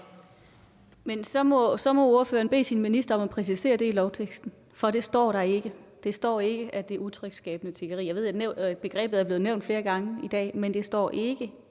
Men så må ordføreren bede sin minister om at præcisere det i lovteksten, for det står der ikke. Der står ikke, at det er utryghedsskabende tiggeri. Jeg ved, at begrebet er blevet nævnt flere gange i dag, men det står ikke